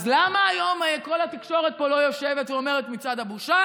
אז למה היום כל התקשורת לא יושבת פה ואומרת: מצעד הבושה,